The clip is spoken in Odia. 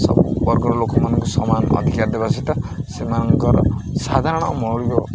ସବୁ ବର୍ଗର ଲୋକମାନଙ୍କୁ ସମାନ ଅଧିକାର ଦେବା ସହିତ ସେମାନଙ୍କର ସାଧାରଣ ମୌଳିକ